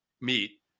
meet